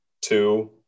Two